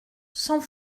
sans